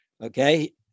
okay